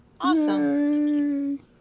awesome